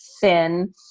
thin